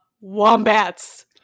wombats